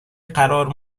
قرار